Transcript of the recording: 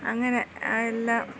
അങ്ങനെ എല്ലാം